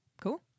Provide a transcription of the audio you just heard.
cool